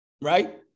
right